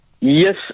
Yes